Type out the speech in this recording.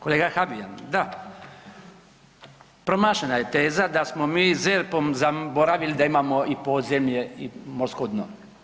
Kolega Habijan, da, promašena je teza da smo mi ZERP-om zaboravili da imamo i podzemlje i morsko dno.